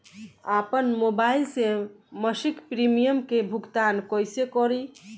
आपन मोबाइल से मसिक प्रिमियम के भुगतान कइसे करि?